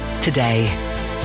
today